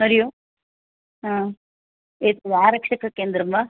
हरिः ओम् एतत् आरक्षककेन्द्रं वा